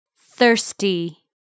Thirsty